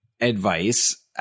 advice